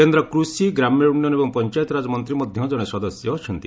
କେନ୍ଦ୍ର କୂଷି ଗ୍ରାମ୍ୟ ଉନ୍ନୟନ ଏବଂ ପଞ୍ଚାୟତିରାଜ ମନ୍ତ୍ରୀ ମଧ୍ୟ ଜଣେ ସଦସ୍ୟ ଅଛନ୍ତି